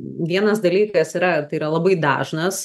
vienas dalykas yra tai yra labai dažnas